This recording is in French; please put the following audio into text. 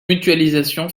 mutualisation